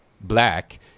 black